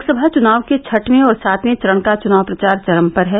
लोकसभा चुनाव के छठें और सातवें चरण का चुनाव प्रचार चरम पर है